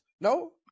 No